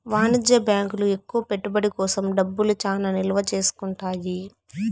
వాణిజ్య బ్యాంకులు ఎక్కువ పెట్టుబడి కోసం డబ్బులు చానా నిల్వ చేసుకుంటాయి